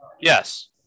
yes